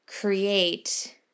create